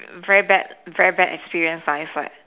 very bad very bad experience ah it's like